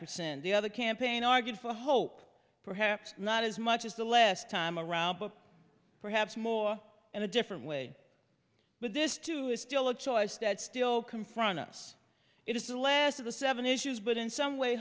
percent the other campaign argued for hope perhaps not as much as the last time around but perhaps more in a different way but this too is still a choice that still confront us it is the last of the seven issues but in some way